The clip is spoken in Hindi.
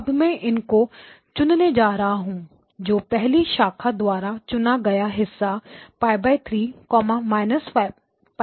अब मैं इनको चुनने जा रहा हूं तो पहली शाखा द्वारा चुना गया हिस्सा π3 π3 होगा